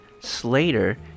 Slater